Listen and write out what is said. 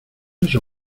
eso